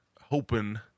hoping